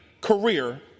career